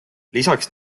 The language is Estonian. lisaks